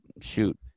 shoot